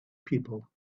people